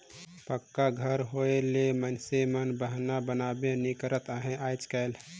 पक्का घर कर होए ले मइनसे मन बहना बनाबे नी करत अहे आएज काएल